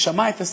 ושמע את הסיפור,